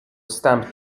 stamped